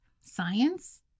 science